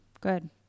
good